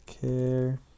care